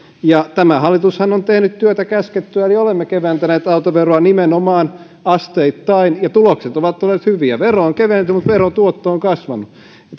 tämä hallitushan on tehnyt työtä käskettyä eli olemme keventäneet autoveroa nimenomaan asteittain ja tulokset ovat olleet hyviä vero on keventynyt mutta verotuotto on kasvanut